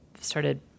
started